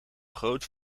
groot